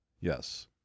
yes